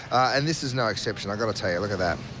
and this is no exception. i've got to tell you. look at that.